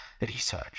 research